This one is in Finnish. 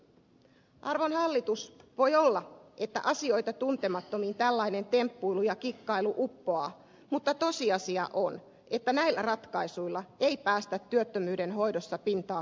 arvon hallitus voi olla että asioita tuntemattomiin tällainen temppuilu ja kikkailu uppoaa mutta tosiasia on että näillä ratkaisuilla ei päästä työttömyyden hoidossa pintaa syvemmälle